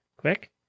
Quick